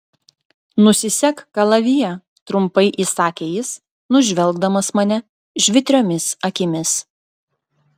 nusisek kalaviją trumpai įsakė jis nužvelgdamas mane žvitriomis akimis